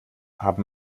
haben